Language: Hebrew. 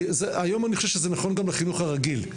היום אני חושב שזה נכון גם בחינוך הרגיל,